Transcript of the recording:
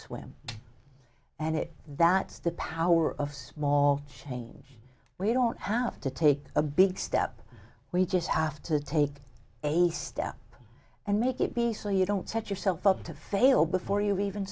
swim and it that's the power of small change where you don't have to take a big step we just have to take a step and make it be so you don't set yourself up to fail before you even